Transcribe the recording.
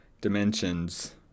dimensions